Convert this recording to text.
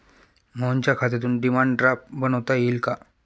मोहनच्या खात्यातून demand draft बनवता येईल का?